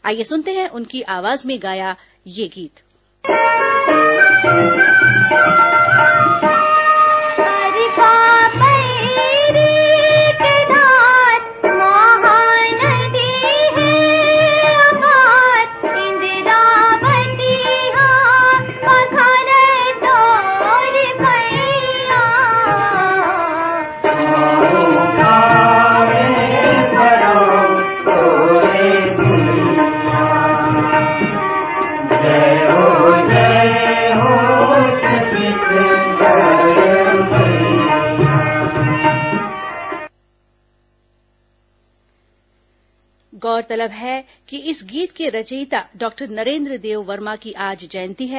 आइये सुनते हैं उनकी आवाज में गाया गया यह गीत गौरतलब है कि इस गीत के रचियता डॉक्टर नरेन्द्र देव वर्मा की आज जयंती है